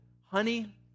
honey